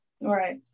Right